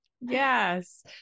yes